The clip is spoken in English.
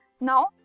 Now